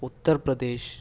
Uttar Pradesh